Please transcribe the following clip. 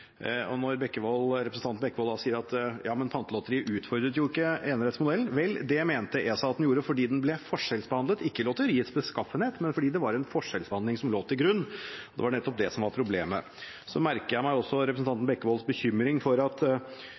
representanten Bekkevold at Pantelotteriet jo ikke utfordret enerettsmodellen. Vel, det mente ESA at det gjorde, fordi det ble forskjellsbehandlet – ikke lotteriets beskaffenhet, men fordi det var en forskjellsbehandling som lå til grunn. Det var nettopp det som var problemet. Så merker jeg meg også representanten Bekkevolds bekymring for at